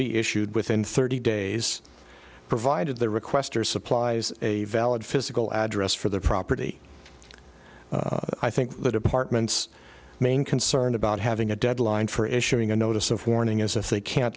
be issued within thirty days provided the requester supplies a valid physical address for the property i think the department's main concern about having a deadline for issuing a notice of warning is if they can't